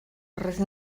roedd